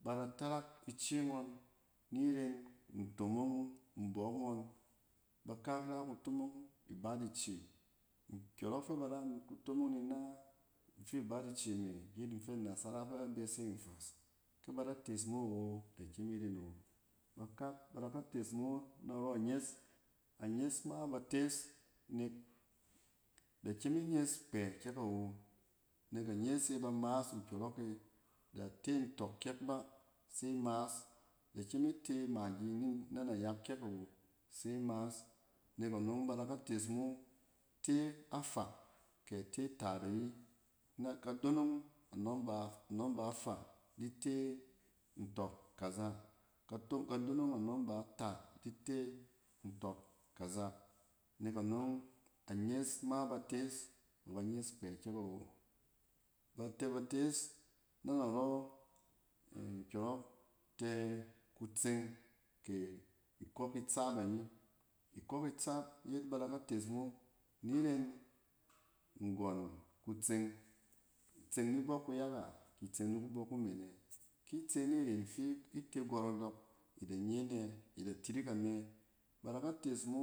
Ba da tarak ice ngɔn niren ntomong mbɔk ngɔn. Bakak ra kutomong ibat ice, nkyɔrɔk fɛ ba ra ni kutomong ni ina ifi bat ice me yet nfɛ nasara fɛ ba bɛsɛ nfas kɛ ba da tees mo awo, da kyem iren awo. Bakak bada ka tees mo narɔ nyɛs. anyɛs ma ba tees nek da kyem inyɛs kpɛ kyɛkawo, nek anyɛs e ba mas nkyɔrɔk e. Da te ntɔk kyɔk kyɛk ba, se i mas, da kyem ite maggi nin na nayak kyɛk awo, se mas. Nek anɔng ba da ka tees mo te afaa kɛ te ataat ayi na ka donong a number a number afaa, di te ntɔk kaza kato kadonong a numbe taat di te ntɔk kaza nek anɔng anyɛs ma ba tees, ba ba nyɛs kpɛ kyɛk awo. Ba tɛ ba tees na nɔrɔ in kyɔrɔk tɛ kutseng kɛ ikɔk itsaap ayi. Ikɔk itsaap yet ba da ka tees mo niren nggɔn kutseng. I tseng nibɔk kuyak a ki tseng nibɔk kumen ɛ? Ki tse niren fi ite gɔrɔdɔk ida nye ane, ida tirik anɛ? Ba da ka tees mo